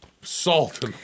Salt